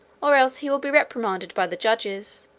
or else he will be reprimanded by the judges,